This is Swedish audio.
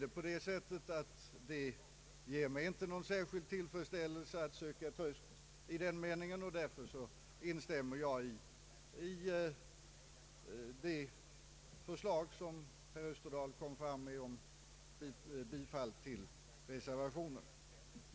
Detta ger emellertid inte mig någon särskild tillfredsställelse, och jag instämmer därför i herr Österdahls yrkande om bifall till reservationen.